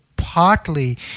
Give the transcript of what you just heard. partly